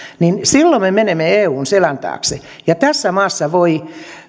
niin silloin me menemme eun selän taakse ja tässä maassa voi